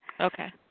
Okay